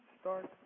start